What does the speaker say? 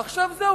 עכשיו, זהו.